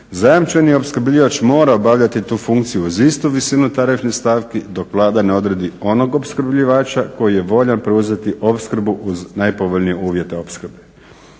Zajamčeni opskrbljivač mora obavljati tu funkciju uz istu visinu tarifnih stavki dok Vlada ne odredi onog opskrbljivača koji je voljan preuzeti opskrbu uz najpovoljnije uvjete opskrbe.